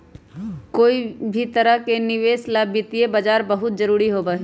कोई भी तरह के निवेश ला वित्तीय बाजार बहुत जरूरी होबा हई